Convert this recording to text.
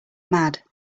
mad